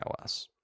iOS